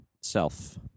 Self